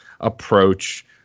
approach